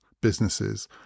businesses